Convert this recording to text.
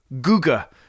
Guga